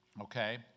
Okay